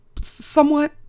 somewhat